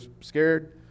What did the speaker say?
scared